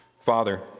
Father